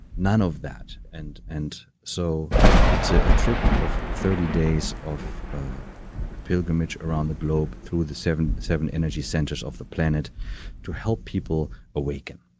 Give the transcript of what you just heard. none of that. and and so it's ah a trip of thirty days of pilgrimage around the globe through the seven seven energy centers of the planet to help people awaken